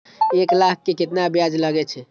एक लाख के केतना ब्याज लगे छै?